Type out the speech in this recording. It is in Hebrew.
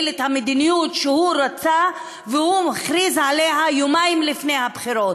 את המדיניות שהוא רצה והוא הכריז עליה יומיים לפני הבחירות.